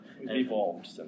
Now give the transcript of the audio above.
evolved